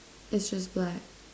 it's just black